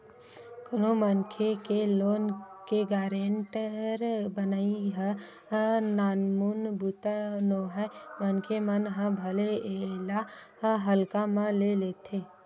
कोनो मनखे के लोन के गारेंटर बनई ह नानमुन बूता नोहय मनखे मन ह भले एला हल्का म ले लेथे